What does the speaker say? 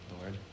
Lord